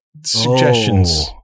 suggestions